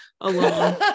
alone